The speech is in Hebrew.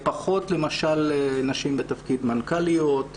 פחות למשל נשים בתפקיד מנכ"ליות,